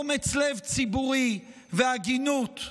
אומץ לב ציבורי והגינות,